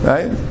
Right